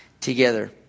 Together